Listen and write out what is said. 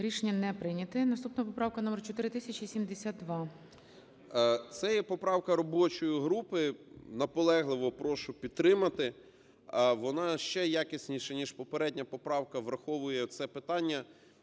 Рішення не прийнято. Наступна поправка - номер 4072. 16:43:15 СИДОРОВИЧ Р.М. Це є поправка робочої групи. Наполегливо прошу підтримати. Вона ще якісніша, ніж попередня поправка, враховує це питання.